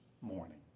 morning